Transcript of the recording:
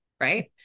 Right